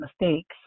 mistakes